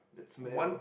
that smell